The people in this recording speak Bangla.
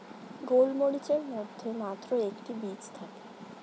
গোলমরিচের মধ্যে মাত্র একটি বীজ থাকে